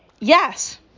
Yes